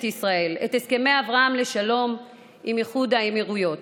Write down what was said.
ישראל את הסכמי אברהם לשלום עם איחוד האמירויות,